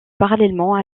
parallèlement